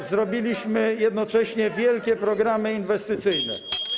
że zrobiliśmy jednocześnie wielkie programy inwestycyjne.